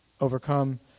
overcome